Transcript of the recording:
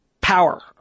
power